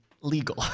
legal